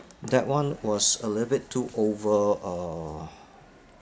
that one was a little bit too over uh